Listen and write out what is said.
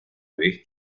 vez